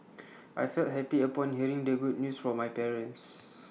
I felt happy upon hearing the good news from my parents